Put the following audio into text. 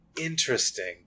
interesting